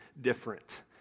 different